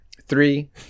Three